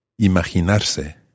Imaginarse